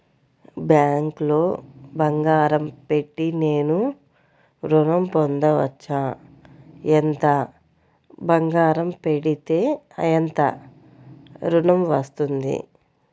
బ్యాంక్లో బంగారం పెట్టి నేను ఋణం పొందవచ్చా? ఎంత బంగారం పెడితే ఎంత ఋణం వస్తుంది?